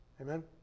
Amen